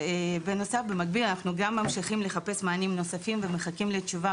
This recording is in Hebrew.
במקביל אנחנו ממשיכים לחפש מענים נוספים ומחכים לתשובה